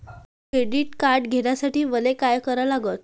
Credit card घ्यासाठी मले का करा लागन?